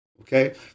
okay